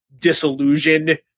disillusioned